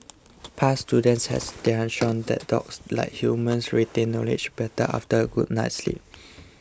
past has shown that dogs like humans retain knowledge better after a good night's sleep